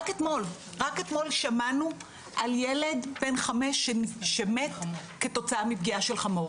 רק אתמול שמענו על ילד בן חמש שמת כתוצאה מפגיעה של חמור,